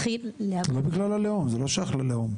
זה לא בגלל הלאום, זה לא שייך ללאום.